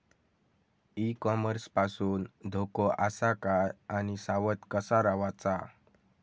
E commerce पासून धोको आसा काय आणि सावध कसा रवाचा?